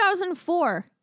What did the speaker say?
2004